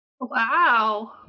Wow